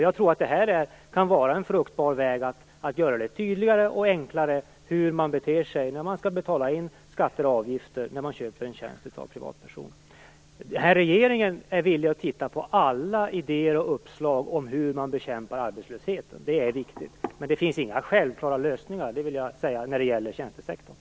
Jag tror att det här kan vara en fruktbar väg för att göra det tydligare och enklare hur man beter sig när man skall betala in skatter och avgifter när man köper en tjänst av en privatperson. Regeringen är villig att titta på alla idéer och uppslag om hur man bekämpar arbetslösheten - det är viktigt - men jag vill säga att det inte finns några självklara lösningar när det gäller tjänstesektorn.